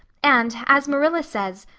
and, as marilla says,